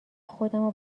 خودمو